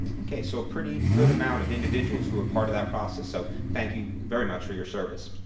okay, so a pretty good amount of individuals who are part of that process so, thank you very much for your service.